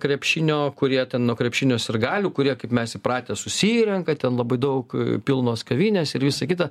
krepšinio kurie ten nuo krepšinio sirgalių kurie kaip mes įpratę susirenka ten labai daug pilnos kavinės ir visa kita